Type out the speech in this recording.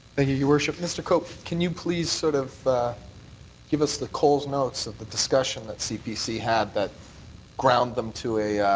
and you, your worship. mr. cope, can you please sort of give us the coles notes of the discussion that cpc had that ground them to a